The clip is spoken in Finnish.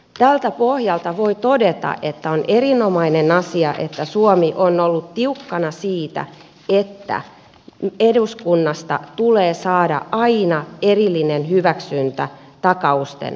tältä pohjalta voi todeta että on erinomainen asia että suomi on ollut tiukkana siitä että eduskunnasta tulee saada aina erillinen hyväksyntä takausten kasvattamiseksi